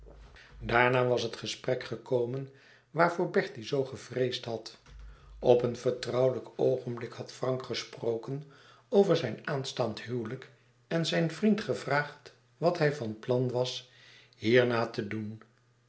daarna was het gesprek gekomen waarvoor bertie zoo gevreesd had op een vertrouwelijk oogenblik had frank gesproken over zijn aanstaand huwelijk en zijn vriend gevraagd wat hij van plan was hierna te doen